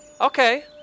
okay